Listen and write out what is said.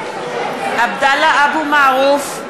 (קוראת בשמות חברי הכנסת) עבדאללה אבו מערוף,